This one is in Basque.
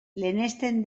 lehenesten